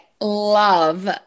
love